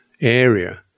area